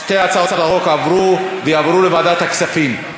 שתי הצעות החוק עברו ויעברו לוועדת הכספים.